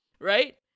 Right